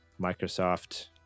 Microsoft